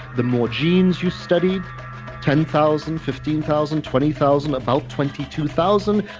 the more genes you studied ten thousand, fifteen thousand, twenty thousand, about twenty two thousand,